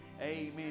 Amen